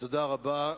תודה רבה.